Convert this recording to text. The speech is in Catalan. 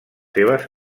seves